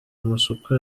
amasoko